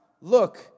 Look